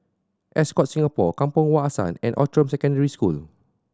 Ascott Singapore Kampong Wak Hassan and Outram Secondary School